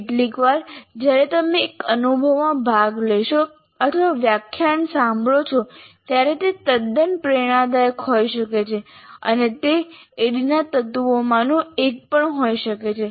કેટલીકવાર જ્યારે તમે એક અનુભવમાં ભાગ લેશો અથવા વ્યાખ્યાન સાંભળો છો ત્યારે તે તદ્દન પ્રેરણાદાયક હોઈ શકે છે અને તે ADDIE ના તત્વોમાંનું એક પણ હોઈ શકે છે